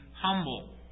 humble